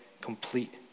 complete